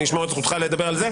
אני אשמור על זכותך לדבר על זה.